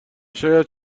شاید